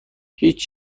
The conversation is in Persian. هیچ